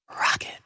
Rocket